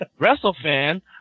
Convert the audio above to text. WrestleFan